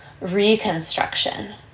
reconstruction